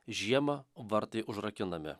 žiemą vartai užrakinami